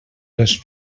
les